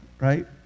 right